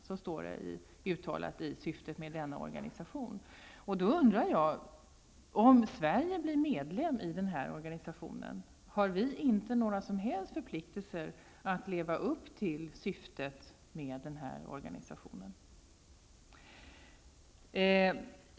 Om Sverige blir medlem i organisationen, har Sverige då inte några som helst förpliktelser att leva upp till syftet med organisationen?